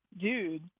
dude